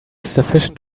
sufficient